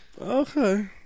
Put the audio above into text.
okay